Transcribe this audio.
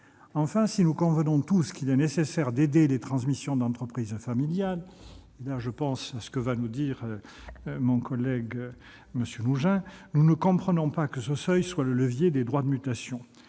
Enfin, si nous convenons tous qu'il est nécessaire d'aider les transmissions d'entreprise familiale- je pense notamment à ce que va nous dire M. Nougein -, nous ne comprenons pas que l'on actionne le levier des droits de mutation,